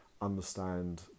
understand